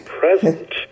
present